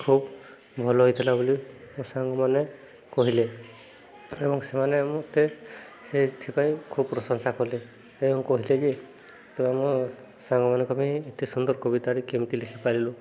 ଖୁବ ଭଲ ହେଇଥିଲା ବୋଲି ମୋ ସାଙ୍ଗମାନେ କହିଲେ ଏବଂ ସେମାନେ ମୋତେ ସେଥିପାଇଁ ଖୁବ ପ୍ରଶଂସା କଲେ ଏବଂ କହିଲେ ଯେ ଆମ ସାଙ୍ଗମାନଙ୍କ ପାଇଁ ଏତେ ସୁନ୍ଦର କବତାଟି କେମିତି ଲେଖିପାରିଲୁ